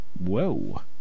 Whoa